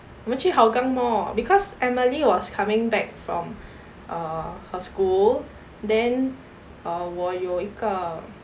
我们去 hougang mall because emily was coming back from err her school then uh 我有一个